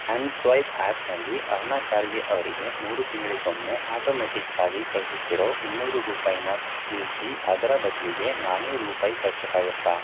M swipe ಆ್ಯಪ್ನಲ್ಲಿ ಅರುಣಾ ಕಾರ್ಗೆ ಅವರಿಗೆ ಮೂರು ತಿಂಗಳಿಗೊಮ್ಮೆ ಆಟೋಮೆಟ್ಟಿಕ್ಕಾಗಿ ಕಳಿಸುತ್ತಿರೋ ಇನ್ನೂರು ರೂಪಾಯನ್ನ ನಿಲ್ಲಿಸಿ ಅದರ ಬದಲಿಗೆ ನಾನ್ನೂರು ರೂಪಾಯಿ ಕಳ್ಸೋಕ್ಕಾಗತ್ತಾ